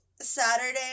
Saturday